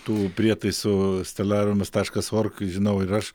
tų prietaisų stelariumas taškas org žinau ir aš